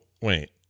wait